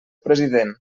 president